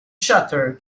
shutter